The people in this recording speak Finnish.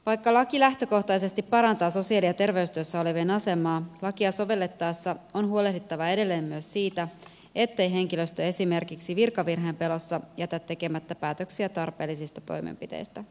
vaikka laki lähtökohtaisesti parantaa sosiaali ja terveystyössä olevien asemaa lakia sovellettaessa on huolehdittava edelleen myös siitä ettei henkilöstö esimerkiksi virkavirheen pelossa jätä tekemättä päätöksiä tarpeellisista toimenpiteistä